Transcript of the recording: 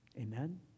Amen